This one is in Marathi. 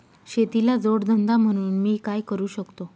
शेतीला जोड धंदा म्हणून मी काय करु शकतो?